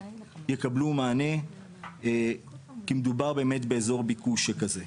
יקבלו מענה כי מדובר באמת באזור ביקוש שכזה.